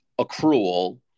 accrual